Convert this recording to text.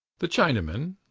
the chinaman,